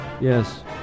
Yes